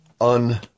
un